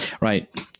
right